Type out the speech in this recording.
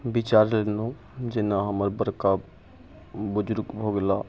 विचार लेलहुँ जेना हमर बड़का बुजुर्ग भऽ गेला